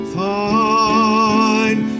fine